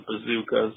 bazookas